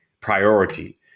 priority